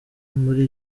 muri